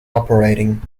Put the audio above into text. operating